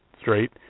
straight